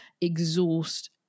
exhaust